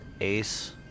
Ace